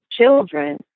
children